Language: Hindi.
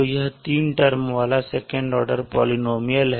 तो यह तीन टर्म वाला सेकंड ऑर्डर पॉलिनॉमियल है